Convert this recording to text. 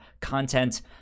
content